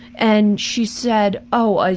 and she said, oh, ah